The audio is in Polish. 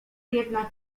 jednak